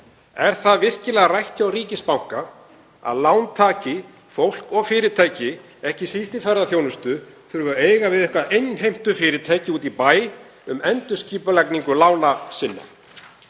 Er það virkilega rætt hjá ríkisbanka að lántaki, fólk og fyrirtæki, ekki síst í ferðaþjónustu, þurfi að eiga við eitthvert innheimtufyrirtæki úti í bæ um endurskipulagningu lána sinna?